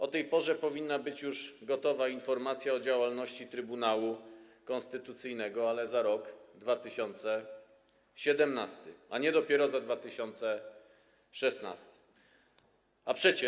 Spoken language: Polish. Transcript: O tej porze powinna być już gotowa informacja o działalności Trybunału Konstytucyjnego za rok 2017, a nie dopiero za rok 2016.